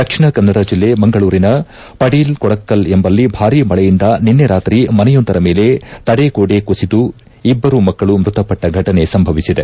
ದಕ್ಷಿಣ ಕನ್ನಡ ಜಿಲ್ಲೆ ಮಂಗಳೂರಿನ ಪಡೀಲ್ ಕೊಡಕಲ್ ಎಂಬಲ್ಲಿ ಭಾರೀ ಮಳೆಯಿಂದ ನಿನ್ನೆ ರಾತ್ರಿ ಮನೆಯೊಂದರ ಮೇಲೆ ತಡೆಗೋಡ ಕುಸಿದು ಇಬ್ಬರು ಮಕ್ಕಳು ಮೃತ ಪಟ್ಟ ಘಟನೆ ಸಂಭವಿಸಿದೆ